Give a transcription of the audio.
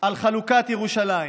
על חלוקת ירושלים,